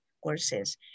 courses